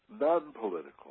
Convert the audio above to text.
non-political